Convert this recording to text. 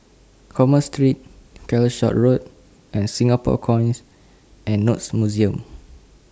Commerce Street Calshot Road and Singapore Coins and Notes Museum